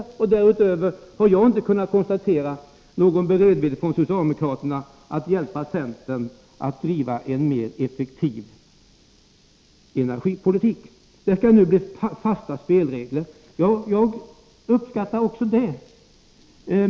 Nr 14 Därutöver har jag inte kunnat konstatera någon beredvillighet från socialde Måndagen den mokraterna att hjälpa centern att driva en mer effektiv energipolitik. 24 oktober 1983 Vi skall nu få fasta spelregler. Jag uppskattar också detta.